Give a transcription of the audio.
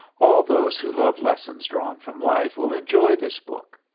all those who love lessons drawn from life will enjoy this book.